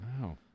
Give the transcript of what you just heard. Wow